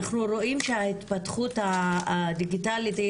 אנחנו רואים שההתפתחות הדיגיטלית היא